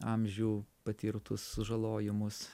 amžių patirtus sužalojimus